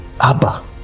Abba